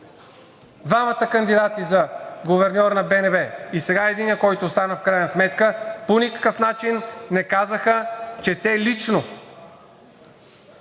Двамата кандидати за гуверньор на БНБ – и сега единият, който остана в крайна сметка, по никакъв начин не казаха, че те лично